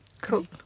Cool